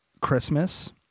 Christmas